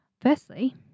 Firstly